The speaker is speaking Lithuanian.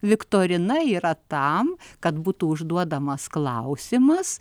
viktorina yra tam kad būtų užduodamas klausimas